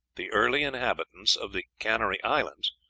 the early inhabitants of the canary islands,